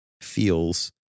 Feels